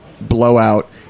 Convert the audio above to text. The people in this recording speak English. blowout